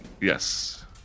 Yes